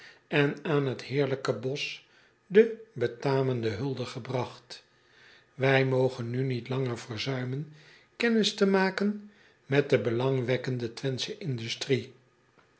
en aan het heerlijke bosch de betamende hulde gebragt wij mogen nu niet langer verzuimen kennis te maken met de belang wekkende wenthsche industrie